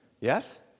Yes